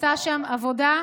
ונעשתה שם עבודה,